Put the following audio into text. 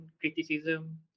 criticism